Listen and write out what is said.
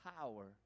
power